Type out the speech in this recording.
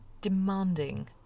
demanding